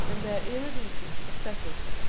and their iridescent successors.